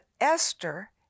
Esther